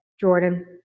Jordan